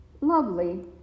lovely